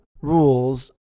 rules